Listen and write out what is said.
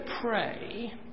pray